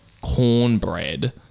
Cornbread